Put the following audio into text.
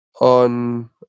on